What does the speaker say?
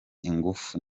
ingufu